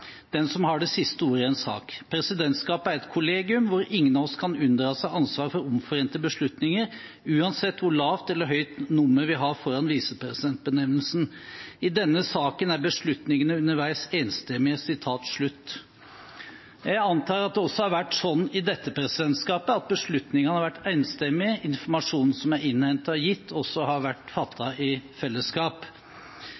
den som har det siste ordet i en sak. Presidentskapet er et kollegium, hvor ingen av oss kan unndra seg ansvar for omforente beslutninger, uansett hvor lavt eller høyt nummer vi har foran visepresidentbenevnelsen. I denne saken er beslutningene underveis enstemmige.» Jeg antar at det også har vært slik i dette presidentskapet at beslutningene har vært enstemmige, og at informasjonen som er innhentet og gitt, også har vært